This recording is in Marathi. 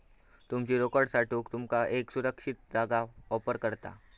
तुमची रोकड साठवूक तुमका एक सुरक्षित जागा ऑफर करता